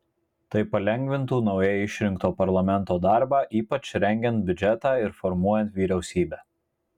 tai palengvintų naujai išrinkto parlamento darbą ypač rengiant biudžetą ir formuojant vyriausybę